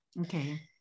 Okay